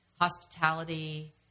Hospitality